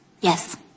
Yes